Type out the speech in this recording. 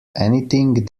anything